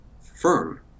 firm